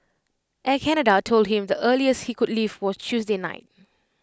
Air Canada told him the earliest he could leave was Tuesday night